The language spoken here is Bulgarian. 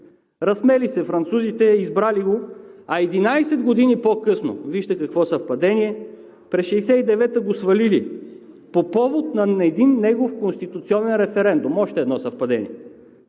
Разсмели се французите, избрали го, а 11 години по-късно, вижте какво съвпадение, през 1969 г. по повод на един негов конституционен референдум го свалили.